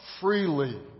freely